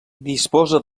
disposa